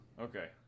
Okay